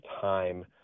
time